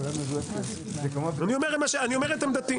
אני אומר את עמדתי.